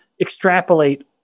extrapolate